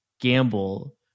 gamble